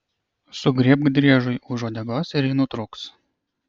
sugriebk driežui už uodegos ir ji nutrūks